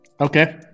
Okay